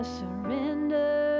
surrender